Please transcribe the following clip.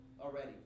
already